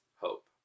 hope